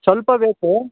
ಸ್ವಲ್ಪ ಬೇಕು